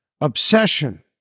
obsession